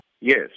Yes